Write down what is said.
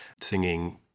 singing